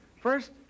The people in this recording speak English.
First